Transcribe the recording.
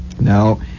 Now